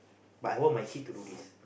but I want my kid to do this